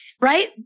Right